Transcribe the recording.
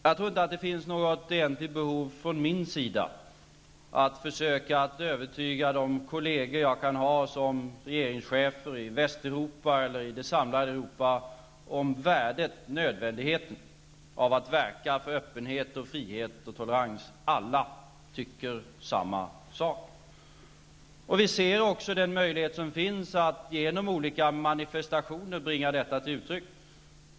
Jag tror inte att det finns något egentligt behov av att jag från min sida skall försöka övertyga de kolleger jag kan ha som regeringschefer i Västeuropa eller i det samlade Europa om värdet och nödvändigheten av att verka för öppenhet, frihet och tolerans. Alla tycker samma sak. Vi ser också den möjlighet som finns att genom olika manifestationer bringa detta till uttryck.